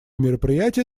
мероприятия